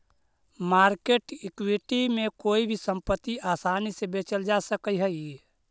market equity में कोई भी संपत्ति आसानी से बेचल जा सकऽ हई